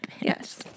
Yes